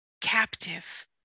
captive